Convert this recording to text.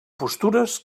postures